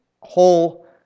whole